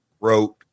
wrote